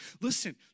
Listen